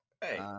hey